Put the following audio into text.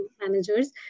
managers